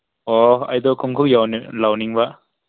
ꯑꯣ ꯑꯩꯗꯣ ꯈꯨꯡꯒꯨꯜ ꯂꯧꯅꯤꯡꯕ